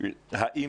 הלוי